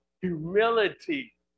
humility